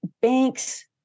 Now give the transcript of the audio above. banks